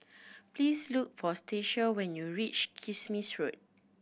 please look for Stacia when you reach Kismis Road